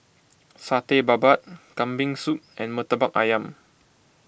Satay Babat Kambing Soup and Murtabak Ayam